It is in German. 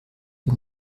die